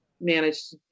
managed